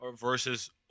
versus